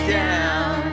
down